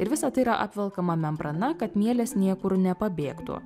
ir visa tai yra apvelkama membrana kad mielės niekur nepabėgtų